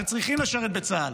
שצריכים לשרת בצה"ל,